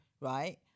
right